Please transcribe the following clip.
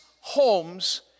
homes